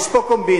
יש פה קומבינה.